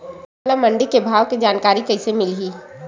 मोला मंडी के भाव के जानकारी कइसे मिलही?